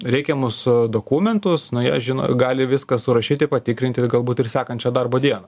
reikiamus dokumentus nu jie žino gali viską surašyti patikrinti ir galbūt ir sekančią darbo dieną